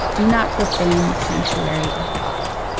do not profane sanctuary of god.